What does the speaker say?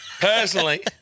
Personally